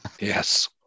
Yes